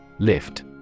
Lift